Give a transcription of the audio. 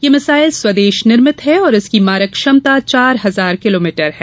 यह मिसाइल स्वदेश निर्मित है और इसकी मारक क्षमता चार हजार किलोमीटर है